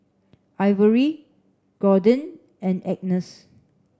Ivory Jordyn and Agnes